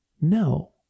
No